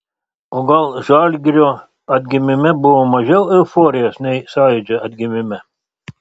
o gal žalgirio atgimime buvo mažiau euforijos nei sąjūdžio atgimime